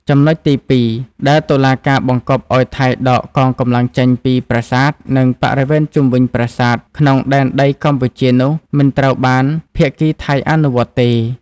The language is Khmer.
ចំណុចទី២ ដែលតុលាការបង្គាប់ឱ្យថៃដកកងកម្លាំងចេញពីប្រាសាទ និងបរិវេណជុំវិញប្រាសាទក្នុងដែនដីកម្ពុជានោះ មិនត្រូវបានភាគីថៃអនុវត្តទេ។